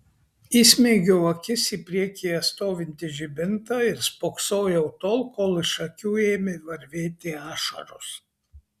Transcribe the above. įsmeigiau akis į priekyje stovintį žibintą ir spoksojau tol kol iš akių ėmė varvėti ašaros